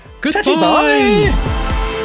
goodbye